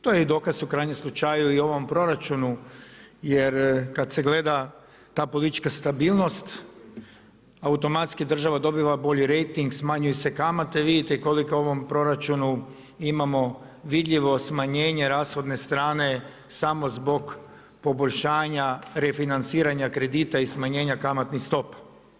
To je i dokaz u krajnjem slučaju i ovom proračunu, jer kad se gleda ta politička stabilnost automatski država dobiva bolji rejting, smanjuju se kamate, vidite koliko u ovom proračunu imamo vidljivo smanjenje rashodne strane samo zbog poboljšanja refinanciranja kredita i smanjenja kamatnih stopa.